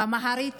ובאמהרית